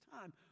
time